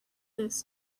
this